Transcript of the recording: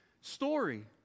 story